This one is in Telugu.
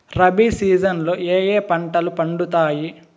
రబి సీజన్ లో ఏ ఏ పంటలు పండుతాయి